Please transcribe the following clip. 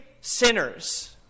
sinners